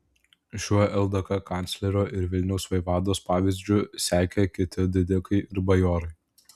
šiuo ldk kanclerio ir vilniaus vaivados pavyzdžiu sekė kiti didikai ir bajorai